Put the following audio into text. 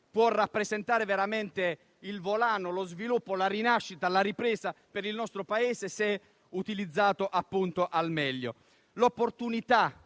può rappresentare veramente il volano, lo sviluppo, la rinascita, la ripresa per il nostro Paese, se utilizzato al meglio. L'opportunità